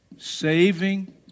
Saving